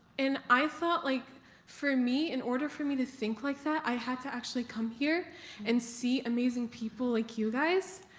and i thought like for me, in order for me to think like that, i had to actually come here and see amazing people like you guys.